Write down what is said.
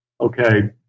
Okay